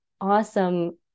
awesome